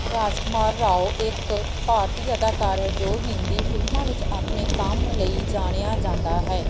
ਰਾਜਕੁਮਾਰ ਰਾਓ ਇੱਕ ਭਾਰਤੀ ਅਦਾਕਾਰ ਹੈ ਜੋ ਹਿੰਦੀ ਫਿਲਮਾਂ ਵਿੱਚ ਆਪਣੇ ਕੰਮ ਲਈ ਜਾਣਿਆ ਜਾਂਦਾ ਹੈ